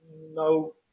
no